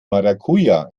maracuja